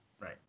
Right